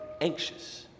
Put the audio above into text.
anxious